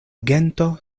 gento